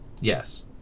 Yes